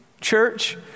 church